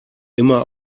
immer